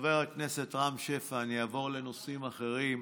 שחבר הכנסת רם שפע, אני אעבור לנושאים אחרים,